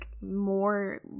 more